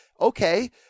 okay